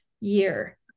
year